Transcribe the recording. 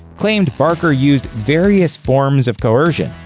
claimed barker used various forms of coercion,